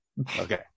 Okay